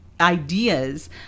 ideas